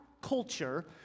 culture